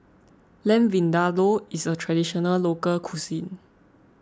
Lamb Vindaloo is a Traditional Local Cuisine